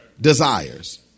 desires